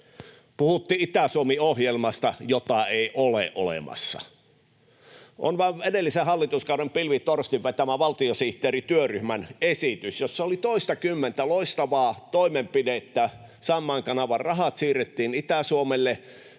Puhuttiin Itä-Suomi-ohjelmasta, jota ei ole olemassa. On vain edellisen hallituskauden Pilvi Torstin vetämän valtiosihteerityöryhmän esitys, jossa oli toistakymmentä loistavaa toimenpidettä. Saimaan kanavan rahat siirrettiin Itä-Suomelle,